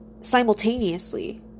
simultaneously